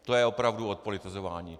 To je opravdu odpolitizování.